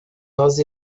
nós